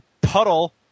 Puddle